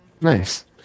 nice